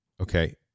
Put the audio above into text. Okay